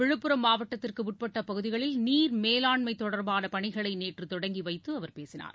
விழுப்புரம் மாவட்டத்திற்கு உட்பட்ட பகுதிகளில் நீர்மேலாண்மை தொடர்பான பணிகளை நேற்று தொடங்கி வைத்து அவர் பேசினார்